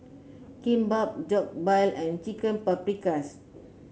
Kimbap Jokbal and Chicken Paprikas